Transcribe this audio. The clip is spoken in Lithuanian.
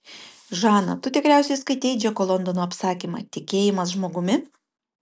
žana tu tikriausiai skaitei džeko londono apsakymą tikėjimas žmogumi